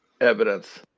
evidence